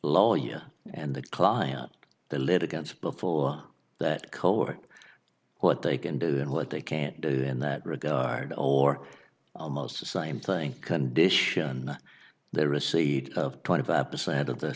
lawyer and the client the litigants before that covert what they can do and what they can do in that regard or almost the same thing condition the receipt of twenty five percent of the